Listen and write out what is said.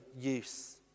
use